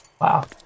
Wow